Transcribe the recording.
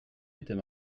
était